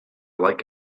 like